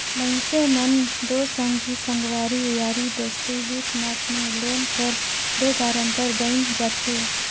मइनसे मन दो संगी संगवारी यारी दोस्ती हित नात में लोन कर दो गारंटर बइन जाथे